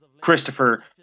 Christopher